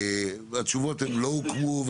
התשובות: הם לא הוקמו.